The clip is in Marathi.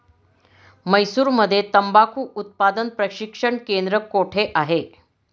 म्हैसूरमध्ये तंबाखू उत्पादन प्रशिक्षण केंद्र कोठे आहे?